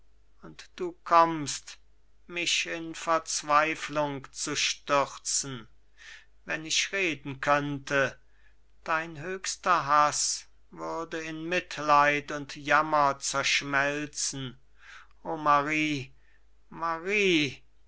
und du kommst mich in verzweiflung zu stürzen wenn ich reden könnte dein höchster haß würde in mitleid und jammer zerschmelzen o marie